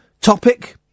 topic